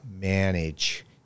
manage